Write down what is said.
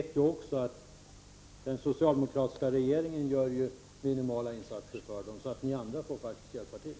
Vi vet också att den socialdemokratiska regeringen gör minimala insatser för dem, så ni andra får faktiskt hjälpa till.